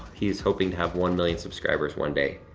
he's hoping to have one million subscribers one day.